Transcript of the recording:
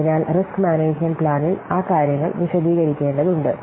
അതിനാൽ risk management പ്ലാനിൽ ആ കാര്യങ്ങൾ വിശദീകരിക്കേണ്ടതുണ്ട്